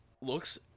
looks